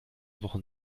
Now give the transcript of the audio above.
wochen